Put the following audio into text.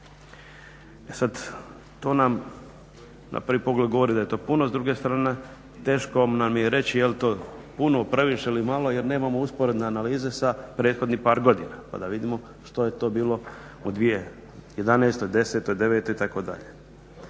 sad, to nam na prvi pogled govori da je to puno, s druge strane teško nam je reći je li to puno, previše ili malo jer nemamo usporedne analize sa prethodnih par godina pa da vidimo što je to bilo u 2011., desetoj,